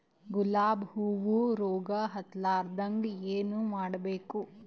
ಗುಲಾಬ್ ಹೂವು ರೋಗ ಹತ್ತಲಾರದಂಗ ಏನು ಮಾಡಬೇಕು?